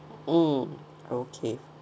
oh okay